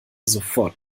sofort